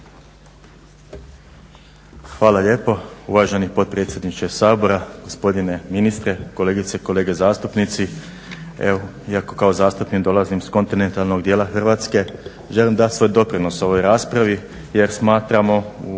Hvala lijepa, uvaženi predsjedniče Sabora, gospodine ministre, kolegice i kolege zastupnici. Evo, iako kao zastupnik dolazi s kontinentalnog dijela Hrvatske želim dati svoj doprinos ovoj raspravi jer smatramo